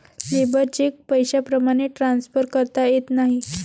labour cheque पैशाप्रमाणे transfer करता येत नाही